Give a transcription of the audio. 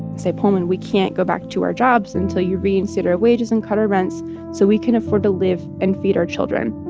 say, pullman, we can't go back to our jobs until you reinstate our wages and cut our rents so we can afford to live and feed our children